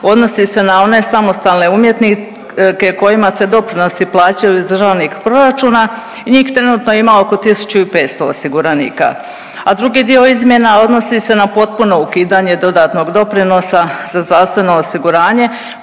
odnosi se na one samostalne umjetnike kojima se doprinosi plaćaju iz državnih proračuna i njih trenutno ima oko 1500 osiguranika. A drugi dio izmjena odnosi se na potpuno ukidanje dodatnog doprinosa za zdravstveno osiguranje